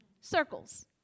Circles